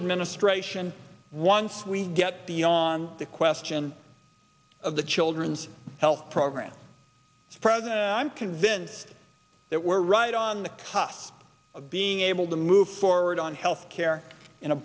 administration once we get the on the question of the children's health program i'm convinced that we're right on the cusp of being able to move forward on health care in a